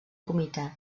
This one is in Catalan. comitè